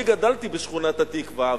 אני גדלתי בשכונת-התקווה,